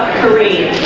three